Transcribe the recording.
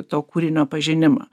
to kūrinio pažinimą